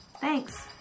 Thanks